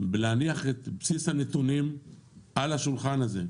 בלהניח את בסיס הנתונים על השולחן הזה.